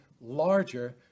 larger